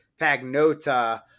Pagnota